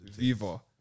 Viva